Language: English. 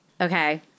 Okay